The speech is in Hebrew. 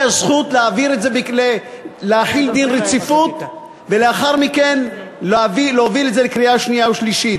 הזכות להחיל דין רציפות ולאחר מכן להוביל את זה לקריאה שנייה ושלישית.